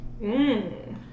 Mmm